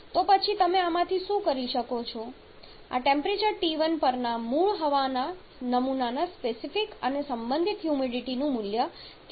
તો પછી તમે આમાંથી શું કરી શકો આ ટેમ્પરેચર T1 પરના મૂળ હવાના નમૂનાના સ્પેસિફિક અને સંબંધિત હ્યુમિડિટીનું મૂલ્ય કેવી રીતે મેળવી શકીએ